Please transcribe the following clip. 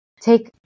take